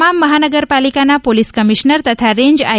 તમામ મહાનગરપાલિકાના police commissioner તથા રેન્જ આઇ